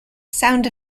sound